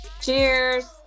Cheers